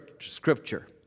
scripture